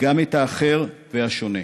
גם את האחר והשונה.